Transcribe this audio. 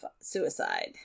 suicide